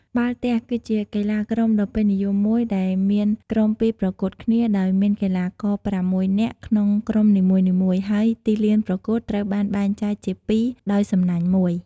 បាល់ទះគឺជាកីឡាក្រុមដ៏ពេញនិយមមួយដែលមានក្រុមពីរប្រកួតគ្នាដោយមានកីឡាករប្រាំមួយនាក់ក្នុងក្រុមនីមួយៗ ហើយទីលានប្រកួតត្រូវបានបែងចែកជាពីរដោយសំណាញ់មួយ។